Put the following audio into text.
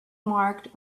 marked